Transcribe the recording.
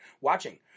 Watching